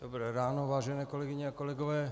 Dobré ráno, vážené kolegyně a kolegové.